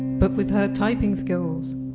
but with her typing skills,